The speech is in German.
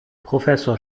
professor